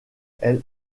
elle